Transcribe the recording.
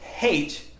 Hate